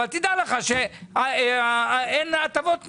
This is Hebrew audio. אבל דע לך שאין יותר הטבות מס.